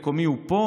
מקומי הוא פה?